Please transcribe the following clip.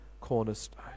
cornerstone